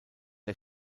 der